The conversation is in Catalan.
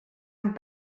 amb